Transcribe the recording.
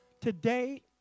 Today